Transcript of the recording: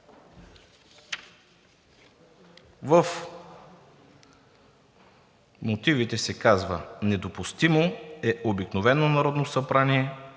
В мотивите се казва: „Недопустимо е обикновено Народно събрание